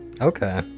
okay